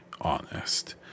honest